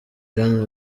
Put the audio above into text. john